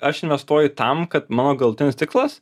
aš investuoju tam kad mano galutinis tikslas